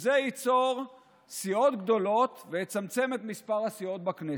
שזה ייצור סיעות גדולות ויצמצם את מספר הסיעות בכנסת.